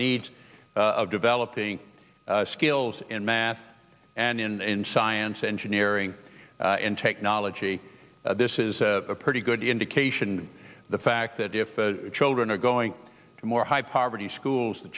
needs of developing skills in math and in science engineering and technology this is a pretty good indication the fact that if children are going to more high poverty schools the